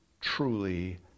truly